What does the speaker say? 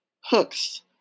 hooks